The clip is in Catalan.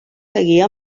seguia